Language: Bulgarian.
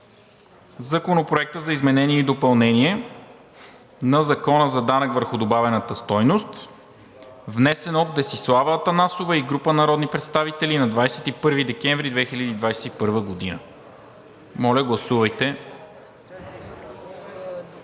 Законопроекта за изменение и допълнение на Закона за данък върху добавената стойност, внесен от Десислава Атанасова и група народни представители на 21 декември 2021 г. (Реплики от